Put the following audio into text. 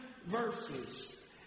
verses